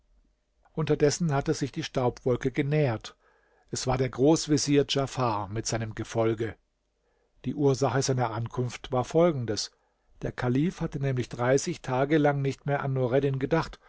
unterdessen hatte sich die staubwolke genähert es war der großvezier djafar mit seinem gefolge die ursache seiner ankunft war folgendes der kalif hatte nämlich dreißig tage lang nicht mehr an nureddin gedacht